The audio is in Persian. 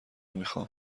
میخوام